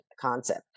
concept